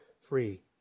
free